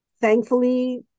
Thankfully